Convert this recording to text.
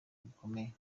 bikomeye